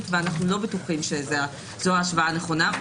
ואנחנו לא בטוחים שזו ההשוואה הנכונה.